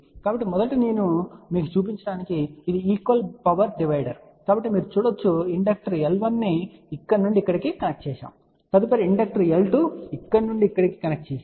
కాబట్టి మొదట మీకు చూపించడానికి ఇది ఈక్వల్ పవర్ డివైడర్ కాబట్టి మీరు చూడవచ్చు ఇండక్టర్ L1 ని ఇక్కడ నుండి ఇక్కడకు కనెక్ట్ చేయబడింది తదుపరి ఇండక్టర్ L2 ఇక్కడ నుండి ఇక్కడకు కనెక్ట్ చేయబడింది